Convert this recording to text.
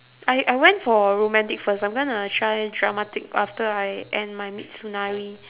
I I went for romantic first I'm gonna try dramatic after I end my mitsunari